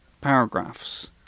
paragraphs